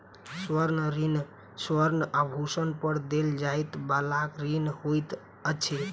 स्वर्ण ऋण स्वर्ण आभूषण पर देल जाइ बला ऋण होइत अछि